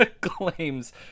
claims